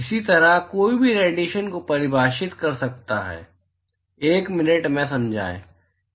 इसी तरह कोई भी रेडिएशन को परिभाषित कर सकता है एक मिनट में समझाएं रेडिएशन क्या है